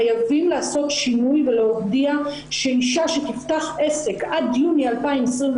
חייבים לעשות שינוי ולהודיע שאישה שתפתח עסק עד יוני 2021,